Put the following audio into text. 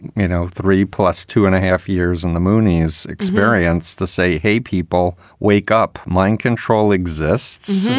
you know, three plus two and a half years. and the moonies experience to say, hey, people wake up, mindcontrol exists.